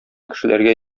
кешеләргә